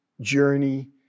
journey